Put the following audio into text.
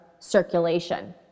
circulation